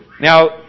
Now